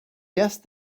guessed